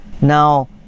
now